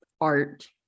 art